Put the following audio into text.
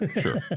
sure